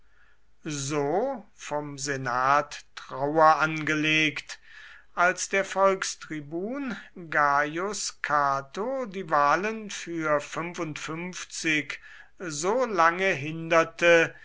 so vom senat trauer angelegt als der volkstribun gaius cato die wahlen für so lange hinderte